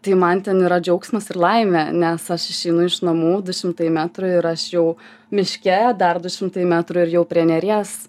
tai man ten yra džiaugsmas ir laimė nes aš išeinu iš namų du šimtai metrų ir aš jau miške dar du šimtai metrų ir jau prie neries